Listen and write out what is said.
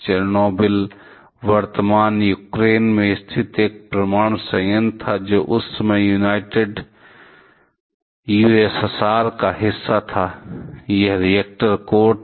Chernobyl वर्तमान Ukraine में स्थित एक परमाणु संयंत्र था जो उस समय यूनाइटेड यूएसएसआर का एक हिस्सा था यह रिएक्टर कोर था